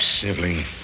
sibling